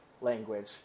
language